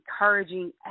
encouraging